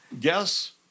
Yes